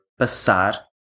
passar